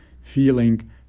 feeling